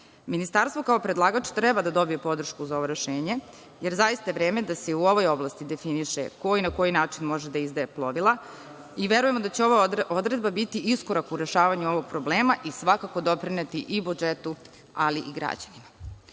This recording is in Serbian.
plovidbu. Ministarstvo kao predlagač treba da dobije podršku za ovo rešenje jer je zaista vreme da se u ovoj oblasti ko na koji način može da izdaje plovila verujemo da će ova odredba biti iskorak u rešavanju ovog problema i svakako doprineti i budžetu, ali i građanima. Na